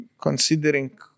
considering